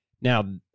Now